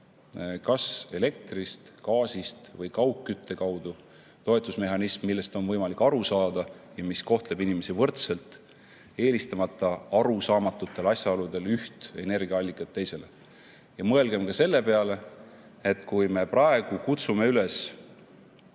kas elektrist, gaasist või kaugkütte kaudu, toetusmehhanism, millest on võimalik aru saada ja mis kohtleb inimesi võrdselt, eelistamata arusaamatutel asjaoludel üht energiaallikat teisele. Mõelgem ka selle peale, et kui me praegu kutsume üles